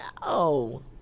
No